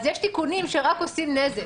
אז יש תיקונים שרק עושים נזק.